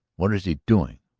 what is he doing?